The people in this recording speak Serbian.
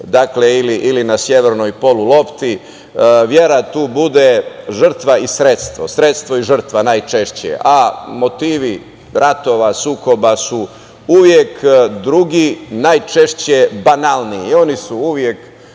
ili na severnoj polulopti. Vera tu bude žrtva i sredstvo, sredstvo i žrtva najčešće a motivi ratova, sukoba su uvek drugi, najčešće banalni i oni su uvek